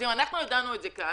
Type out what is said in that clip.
אז אם אנחנו ידענו את זה כאן,